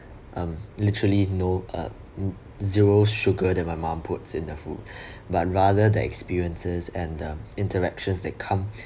um literally no uh zero sugar that my mom puts in the food but rather the experiences and the interactions that come